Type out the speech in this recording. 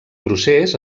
procés